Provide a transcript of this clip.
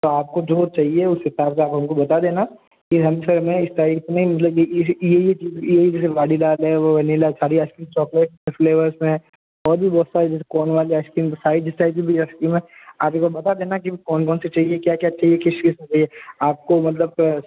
तो आपको जो चाहिए उस हिसाब से आप हमको बता देना फिर हम सर में इस तारीख में मतलब की चीज़ ये ये जैसे वाडीलाल है वो वनिला सारी आइसक्रीम चॉकलेट फ्लेवर्स में और भी बहुत सारी जैसे कोन कोन वाली आइसक्रीम सारी जिस टाइप की भी आइसक्रीम हैं आप एक बार बता देना कि कौन कौन सी चाहिए क्या क्या चाहिए किस किस में चाहिए आपको मतलब